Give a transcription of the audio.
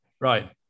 right